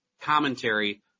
commentary